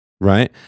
Right